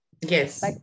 yes